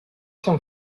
się